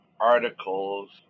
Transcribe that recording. articles